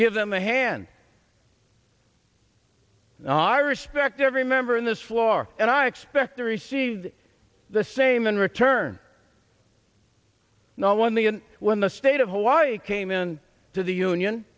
give them a hand and i respect every member in this floor and i expect to receive the same in return no when the when the state of hawaii came in to the union